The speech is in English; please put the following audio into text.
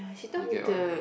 you get what I mean